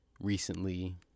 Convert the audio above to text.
recently